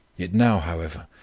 it now, however,